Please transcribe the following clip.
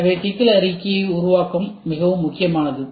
எனவே சிக்கல் அறிக்கை உருவாக்கம் மிகவும் முக்கியமானது